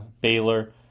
Baylor